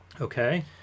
Okay